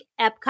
epcot